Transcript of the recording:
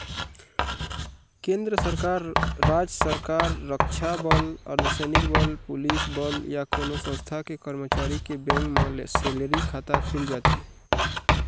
केंद्र सरकार, राज सरकार, रक्छा बल, अर्धसैनिक बल, पुलिस बल या कोनो संस्थान के करमचारी के बेंक म सेलरी खाता खुल जाथे